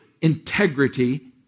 integrity